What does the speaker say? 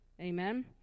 Amen